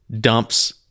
dumps